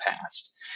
past